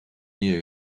new